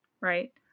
right